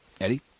Eddie